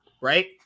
right